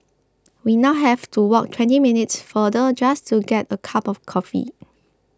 we now have to walk twenty minutes farther just to get a cup of coffee